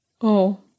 Oh